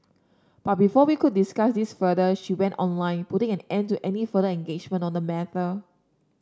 but before we could discuss this further she went online putting an end to any further engagement on the matter